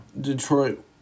Detroit